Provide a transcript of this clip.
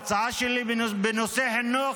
ההצעה שלי בנושא חינוך,